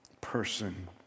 person